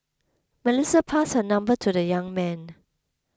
Melissa passed her number to the young man